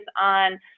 on